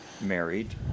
married